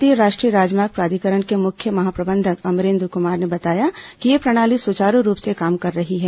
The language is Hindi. भारतीय राष्ट्रीय राजमार्ग प्राधिकरण के मुख्य महाप्रबंधक अमरेन्द्र कुमार ने बताया कि ये प्रणाली सुचारू रूप से काम कर रही है